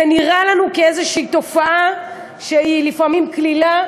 זה נראה לנו כאיזושהי תופעה שהיא לפעמים קלילה,